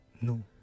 No